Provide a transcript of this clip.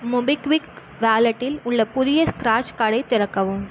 MobiKwik வாலெட்டில் உள்ள புதிய ஸ்க்ராட்ச் கார்டை திறக்கவும்